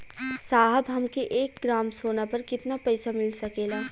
साहब हमके एक ग्रामसोना पर कितना पइसा मिल सकेला?